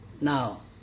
Now